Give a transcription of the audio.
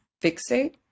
fixate